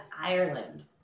Ireland